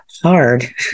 hard